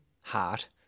heart